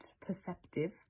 perceptive